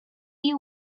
you